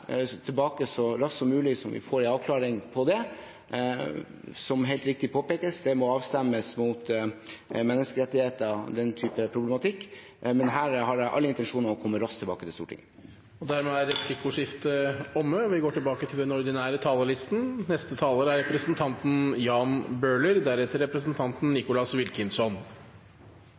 så raskt som mulig, slik at vi får en avklaring på det. Som helt riktig påpekes, må det avstemmes mot menneskerettigheter og den typen problematikk, men her har jeg alle intensjoner om å komme raskt tilbake til Stortinget. Replikkordskiftet er omme. De talere som heretter får ordet, har en taletid på inntil 3 minutter. Som justisministeren er